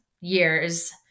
years